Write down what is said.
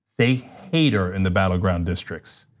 they hate her in the battleground districts.